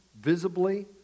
visibly